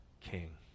king